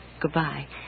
goodbye